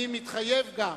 אני מתחייב גם